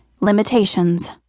Limitations